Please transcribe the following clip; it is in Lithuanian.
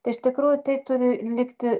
tai iš tikrųjų tai turi likti